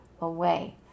away